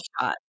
shot